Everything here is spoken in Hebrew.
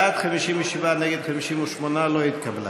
בעד, 57, נגד, 58. לא התקבלה.